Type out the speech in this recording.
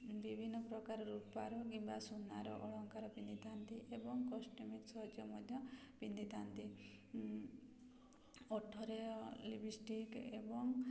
ବିଭିନ୍ନ ପ୍ରକାର ରୂପାର କିମ୍ବା ସୁନାର ଅଳଙ୍କାର ପିନ୍ଧିଥାନ୍ତି ଏବଂ କସ୍ମେଟିକ୍ ସଜ ମଧ୍ୟ ପିନ୍ଧିଥାନ୍ତି ଓଠରେ ଲିପ୍ଷ୍ଟିକ୍ ଏବଂ